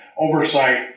oversight